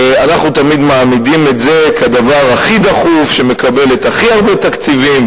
אנחנו תמיד מעמידים את זה כדבר הכי דחוף שמקבל את הכי הרבה תקציבים,